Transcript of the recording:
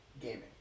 gaming